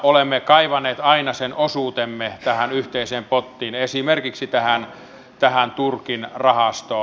olemme kaivaneet aina sen osuutemme tähän yhteiseen pottiin esimerkiksi tähän turkin rahastoon